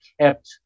kept